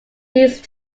these